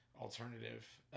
alternative